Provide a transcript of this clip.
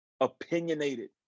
opinionated